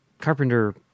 Carpenter